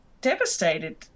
devastated